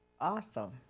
awesome